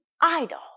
idol